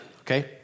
Okay